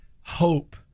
hope